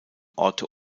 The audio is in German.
orte